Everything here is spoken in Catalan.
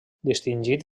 distingit